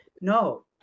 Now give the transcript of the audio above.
No